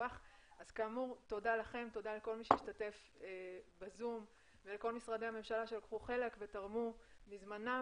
תודה לכל מי שהשתתף בזום ולכל משרדי הממשלה שלקחו חלק ותרמו מזמנם